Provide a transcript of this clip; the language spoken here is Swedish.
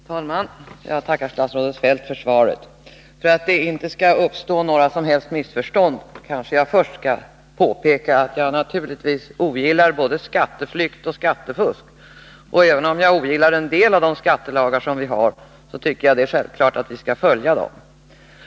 Herr talman! Jag tackar statsrådet Feldt för svaret. För att det inte skall uppstå några som helst missförstånd vill jag först påpeka att jag naturligtvis ogillar både skatteflykt och skattefusk. Och även om jag ogillar en del av de skattelagar vi har, tycker jag det är självklart att vi skall följa dem.